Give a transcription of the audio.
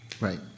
Right